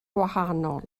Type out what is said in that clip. gwahanol